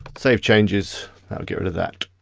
save changes, that'll get rid of that